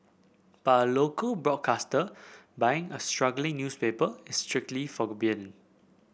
but a local broadcaster buying a struggling newspaper is strictly